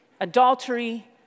Adultery